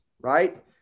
right